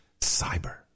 Cyber